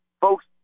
Folks